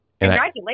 Congratulations